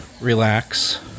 relax